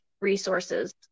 resources